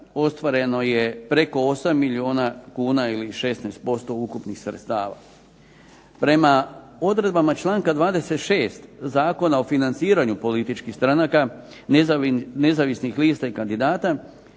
ostvareno je preko 8 milijuna kuna ili 16% ukupnih sredstava. Prema odredbama članka 26. Zakona o financiranju političkih stranaka, nezavisnih lista i kandidata,